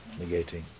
negating